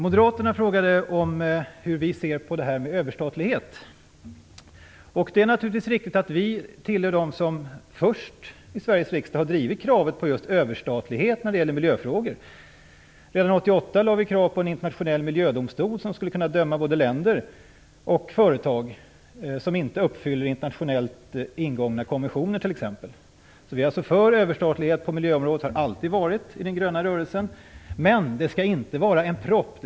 Moderaterna frågade hur vi ser på detta med överstatlighet. Det är naturligtvis riktigt att vi tillhör dem som först i Sveriges riksdag har drivit kravet på just överstatlighet när det gäller miljöfrågor. Redan 1988 lade vi fram krav på en internationell miljödomstol som skulle kunna döma både länder och företag som t.ex. inte uppfyller internationellt ingångna konventioner. Vi är alltså för överstatlighet på miljöområdet. Det har vi alltid varit i den gröna rörelsen. Men det skall inte vara en propp.